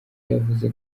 yavuze